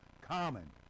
common